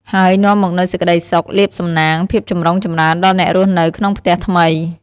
ហើយនាំមកនូវសេចក្តីសុខ លាភសំណាង ភាពចម្រុងចម្រើនដល់អ្នករស់នៅក្នុងផ្ទះថ្មី។